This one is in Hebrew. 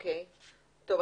טוב,